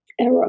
error